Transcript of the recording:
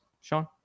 Sean